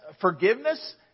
forgiveness